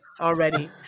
already